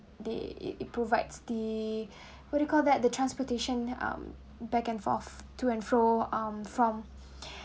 they it provides the what do you call that the transportation um back and forth to and fro um from